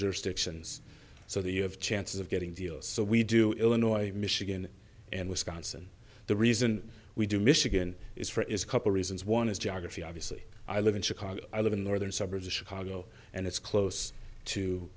jurisdictions so the you have chances of getting deals so we do illinois michigan and wisconsin the reason we do michigan is for is a couple reasons one is geography obviously i live in chicago i live in northern suburbs of chicago and it's close to